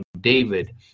David